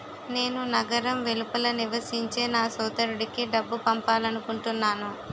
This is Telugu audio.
నేను నగరం వెలుపల నివసించే నా సోదరుడికి డబ్బు పంపాలనుకుంటున్నాను